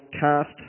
cast